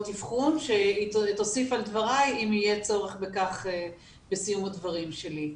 אבחון שתוסיף על דבריי אם יהיה צורך בכך בסיום הדברים שלי.